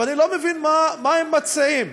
ואני לא מבין מה הם מציעים.